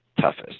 toughest